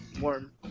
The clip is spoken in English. warm